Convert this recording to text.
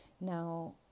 now